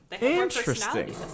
interesting